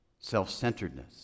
self-centeredness